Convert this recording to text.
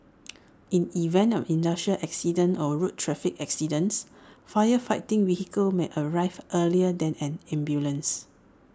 in event of industrial accidents or road traffic accidents fire fighting vehicles may arrive earlier than an ambulance